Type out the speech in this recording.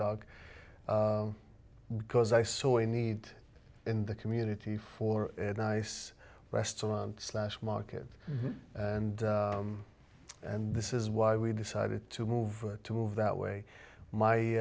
dog because i saw a need in the community for nice restaurants slash market and and this is why we decided to move to move that way